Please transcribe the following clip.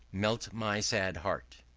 meltest my sad heart.